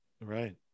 Right